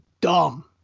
dumb